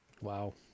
wow